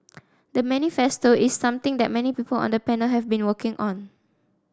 the manifesto is something that many people on the panel have been working on